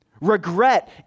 Regret